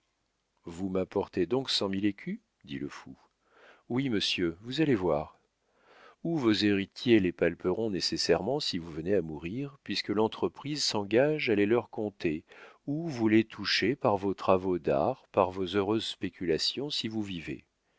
vous m'apportez donc cent mille écus dit le fou oui monsieur vous allez voir ou vos héritiers les palperont nécessairement si vous venez à mourir puisque l'entreprise s'engage à les leur compter ou vous les touchez par vos travaux d'art par vos heureuses spéculations si vous vivez